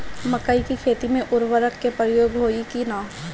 मकई के खेती में उर्वरक के प्रयोग होई की ना?